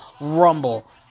Rumble